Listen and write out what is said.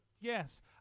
yes